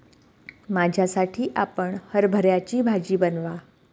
माझ्यासाठी आपण हरभऱ्याची भाजी बनवा